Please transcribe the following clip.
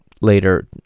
later